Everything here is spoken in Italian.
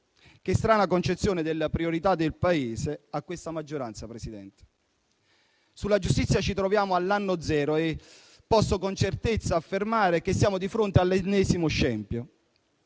Che strana concezione delle priorità del Paese ha questa maggioranza, Presidente. Sulla giustizia ci troviamo all'anno zero e posso con certezza affermare che siamo di fronte all'ennesimo scempio.